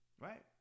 right